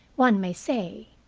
one may say.